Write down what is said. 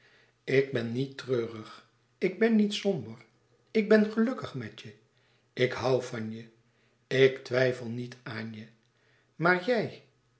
ik ben niet treurig ik ben niet somber ik ben gelukkig met je ik hoû van je ik twijfel niet aan je maar jij